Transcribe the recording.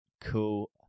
cool